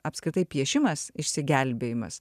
apskritai piešimas išsigelbėjimas